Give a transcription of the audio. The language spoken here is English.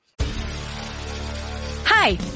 Hi